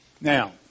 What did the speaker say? Now